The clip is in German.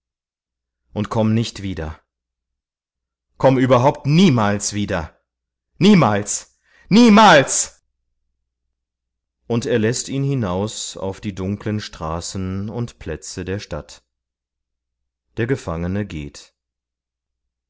und kehre nicht wieder kehre nie wieder nie nie er läßt ihn hinaus auf die dunklen schweigenden plätze der stadt der gefangene geht